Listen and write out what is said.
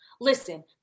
Listen